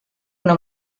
una